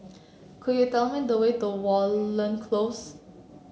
could you tell me the way to Watten Close